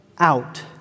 out